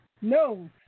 no